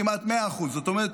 כמעט 100%. זאת אומרת,